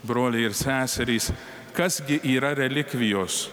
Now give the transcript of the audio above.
broliai ir seserys kas gi yra relikvijos